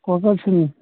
کوٗتاہ چھُ نِیُن